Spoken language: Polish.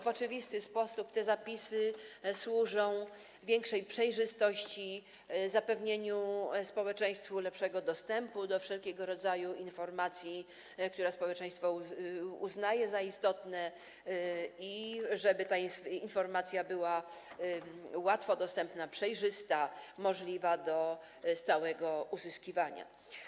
W oczywisty sposób te zapisy służą większej przejrzystości, zapewnieniu społeczeństwu lepszego dostępu do wszelkiego rodzaju informacji, które społeczeństwo uznaje za istotne, i temu, żeby ta informacja była łatwo dostępna, przejrzysta, możliwa do stałego uzyskiwania.